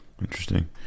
Interesting